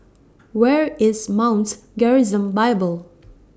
Where IS Mounts Gerizim Bible